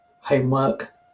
homework